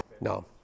No